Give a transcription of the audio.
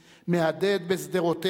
4 בנובמבר האיום,